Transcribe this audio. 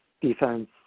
defense